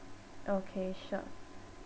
okay sure